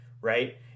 right